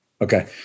okay